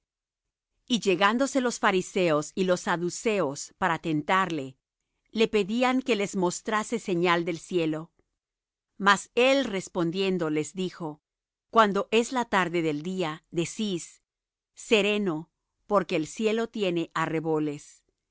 y llegandose los fariseos y los saduceos para tentarle le pedían que les mostrase señal del cielo mas él respondiendo les dijo cuando es la tarde del día decís sereno porque el cielo tiene arreboles y